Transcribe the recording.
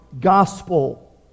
gospel